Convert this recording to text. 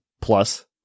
Plus